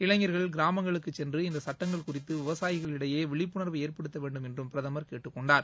இளைஞர்கள் கிராமங்களுக்கு சென்று இந்த சட்டங்கள் குறித்து விவசாயிகளிடையே விழிப்புணர்வை ஏற்படுத்த வேண்டும் என்றும் பிரதமர் கேட்டுக் கொண்டார்